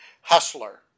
hustler